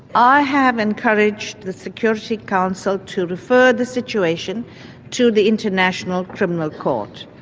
i have encouraged the security council to refer the situation to the international criminal court.